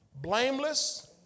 blameless